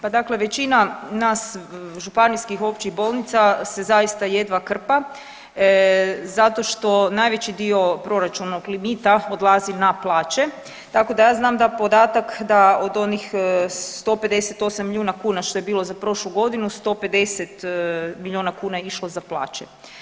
Pa dakle većina nas županijskih općih bolnica se zaista jedva krpa zato što najveći dio proračunog limita odlazi na plaće tako da ja znam podatak da od onih 158 milijuna kuna što je bilo za prošlu godinu 1050 milijuna kuna je išlo za plaće.